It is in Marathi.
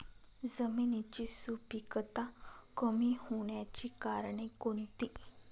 जमिनीची सुपिकता कमी होण्याची कारणे कोणती?